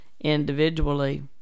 individually